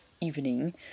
evening